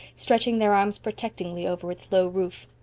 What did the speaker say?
stretching their arms protectingly over its low roof.